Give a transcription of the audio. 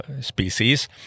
species